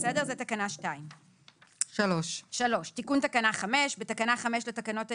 זאת תקנה 2. תיקון תקנה 5 בתקנה 5 לתקנות העיקריות,